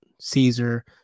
Caesar